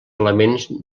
elements